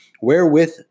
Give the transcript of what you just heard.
wherewith